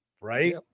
Right